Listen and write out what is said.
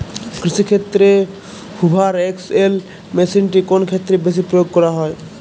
কৃষিক্ষেত্রে Hoover XL মেশিনটি কোন ক্ষেত্রে বেশি প্রয়োগ করা হয়?